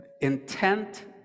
intent